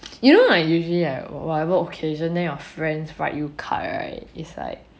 you know like usually or whatever occasion then your friends right you cut right is like